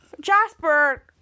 Jasper